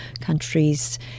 countries